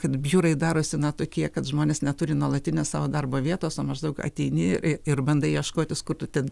kad biurai darosi na tokie kad žmonės neturi nuolatinės savo darbo vietos o maždaug ateini ir bandai ieškotis kur tu ten